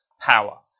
power